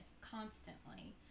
constantly